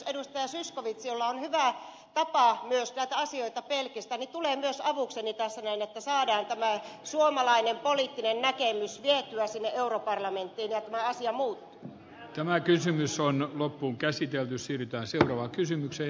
zyskowicz jolla on hyvä tapa myös näitä asioita pelkistää tulee myös avukseni tässä että saadaan tämä suomalainen poliittinen näkemys vietyä sinne europarlamenttiin ja tämä asia muuttuu